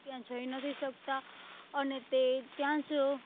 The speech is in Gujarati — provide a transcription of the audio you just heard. ત્યાં જઈ નથી શકતા અને તે ત્યાંજ